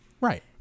Right